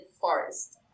Forest